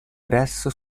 presso